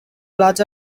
large